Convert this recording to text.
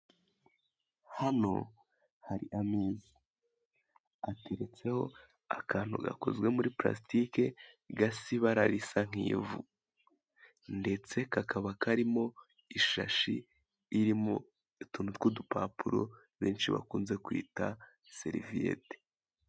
Hano hari ameza ateretseho akantu gakozwe muri purasitike, gasa ibara risa nk'ivu, ndetse kakaba karimo ishashi irimo utuntu tw'udupapuro, benshi bakunze kwita seriviyete.